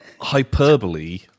hyperbole